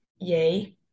yay